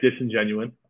disingenuine